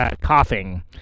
Coughing